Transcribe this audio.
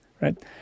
right